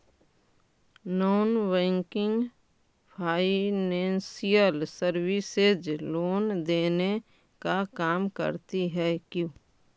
Non banking financial services loan देने का काम करती है क्यू?